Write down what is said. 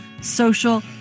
social